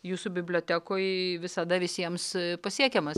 jūsų bibliotekoj visada visiems pasiekiamas